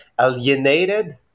alienated